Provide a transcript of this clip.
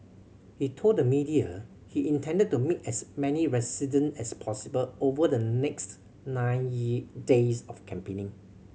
he told the media he intended to meet as many resident as possible over the next nine days of campaigning